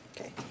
Okay